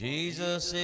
Jesus